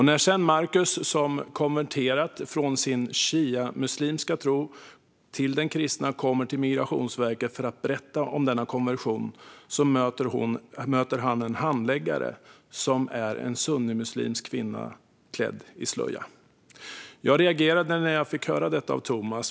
När sedan Markus, som konverterat från sin shiamuslimska tro till den kristna, kom till Migrationsverket för att berätta om denna konvertering mötte han en handläggare som var en sunnimuslimsk kvinna klädd i slöja. Jag reagerade när jag fick höra detta av Thomas.